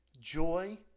joy